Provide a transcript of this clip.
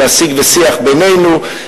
על השיג ושיח בינינו.